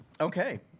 Okay